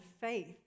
faith